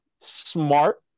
smart